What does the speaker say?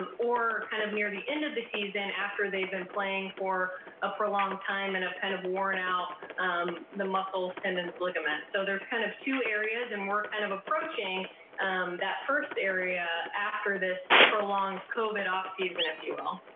and or kind of near the end of the season after they've been playing for a prolonged time and ah and have worn out um the muscles, tendons and ligaments. so there's kind of two areas and we're kind of approaching that first area after this prolonged covid offseason, if you will.